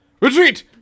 retreat